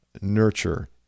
nurture